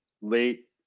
late